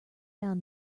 down